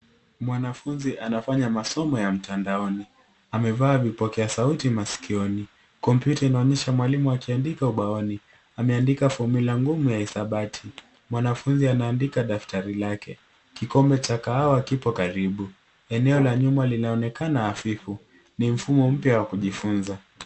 Mwanafunzi anafanya masomo ya mtandaoni. Amevaa vipokea sauti masikioni. Kompyuta inaonyesha mwalimu akiandika ubaoni. Ameandika fomula ngumu ya hisabati. Mwanafunzi anaandika daftari lake. Kikombe cha kahawa kipo karibu. Eneo la nyuma linaonekana hafifu. Ni mfumo mpya wa kujifunza.